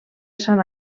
sant